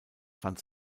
fand